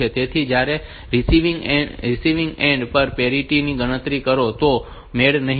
તેથી જ્યારે તમે રીસીવિંગ એન્ડ પર પેરીટી ની ગણતરી કરો તો તે મેળ નહીં ખાય